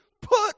put